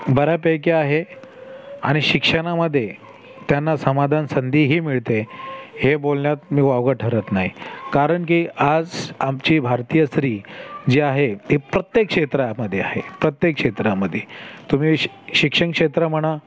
बऱ्यापैकी आहे आणि शिक्षनामध्ये त्यांना समाधान संधीही मिळते हे बोलण्यात मी वावगं ठरत नाही कारण की आज आमची भारतीय स्त्री जी आहे ती प्रत्येक क्षेत्रामध्ये आहे प्रत्येक क्षेत्रामध्ये तुम्ही श शिक्षण क्षेत्र म्हणा